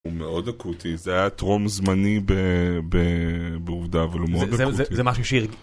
הוא מאוד אקוטי, זה היה טרום זמני בעובדה, אבל הוא מאוד אקוטי. זה משהו ש...